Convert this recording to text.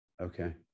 okay